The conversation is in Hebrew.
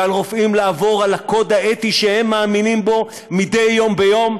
ועל רופאים לעבור על הקוד האתי שהם מאמינים בו מדי יום ביומו,